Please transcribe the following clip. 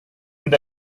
mit